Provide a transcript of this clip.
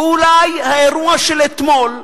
ואולי האירוע של אתמול,